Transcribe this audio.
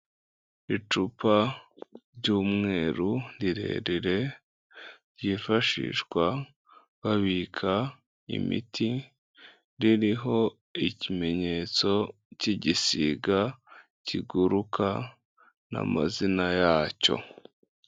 Icupa ry'umweru rirerire ryifashishwa babika imiti, ririho ikimenyetso cy'igisiga kiguruka n'amazina yacyo.